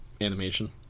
animation